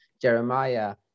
Jeremiah